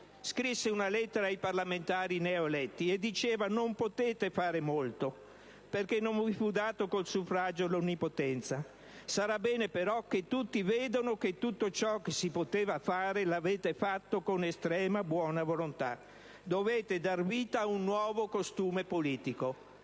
scrisse una lettera ai parlamentari neoeletti dicendo: «Non potete fare molto perché non vi fu data, con il suffragio, l'onnipotenza. Sarà bene però che tutti vedano che tutto ciò che si poteva fare l'avete fatto con estrema buona volontà; dovete dar vita a un nuovo costume politico».